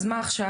אז מה עכשיו?